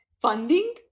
funding